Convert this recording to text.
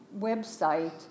website